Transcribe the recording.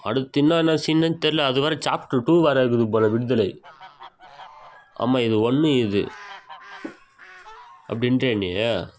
அடுத்து என்ன என்ன சீன்னே தெர்லை அது வேறு சாப்ட்ரு டூ வேறுக்குது போலே விடுதலை ஆமாம் இது ஒன்று இது அப்படின்றியா நீ